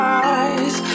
eyes